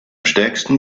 stärksten